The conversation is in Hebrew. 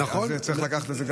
אז צריך לקחת גם